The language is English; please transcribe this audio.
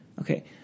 Okay